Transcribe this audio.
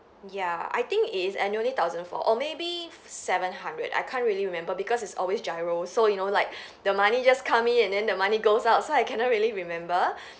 ya I think it's annually thousand four or maybe seven hundred I can't really remember because it's always GIRO so you know like the money just come in and then the money goes out so I cannot really remember